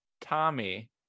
Tommy